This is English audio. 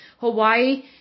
Hawaii